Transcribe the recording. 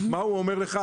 מה אומר לך,